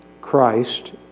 Christ